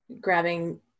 grabbing